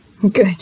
Good